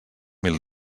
mil